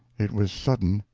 it was sudden,